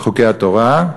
חוקי התורה,